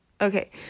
Okay